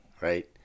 right